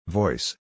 voice